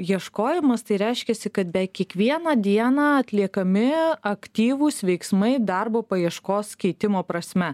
ieškojimas tai reiškiasi kad beveik kiekvieną dieną atliekami aktyvūs veiksmai darbo paieškos keitimo prasme